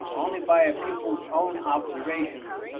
only by a pupil's own observations,